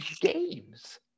games